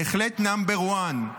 בהחלט number one.